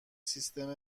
سیستم